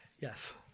yes